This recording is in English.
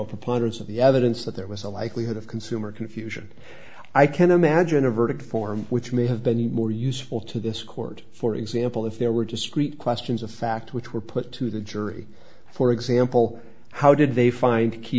show proponents of the evidence that there was a likelihood of consumer confuse i can imagine a verdict form which may have been more useful to this court for example if there were discrete questions of fact which were put to the jury for example how did they find key